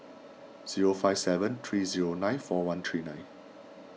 zero five seven three zero nine four one three nine